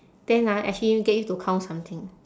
then ah actually get you to count something